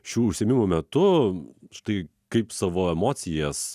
šių užsiėmimų metu štai kaip savo emocijas